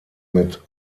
mit